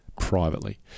privately